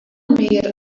mear